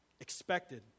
expected